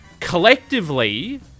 ...collectively